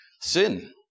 Sin